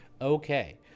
Okay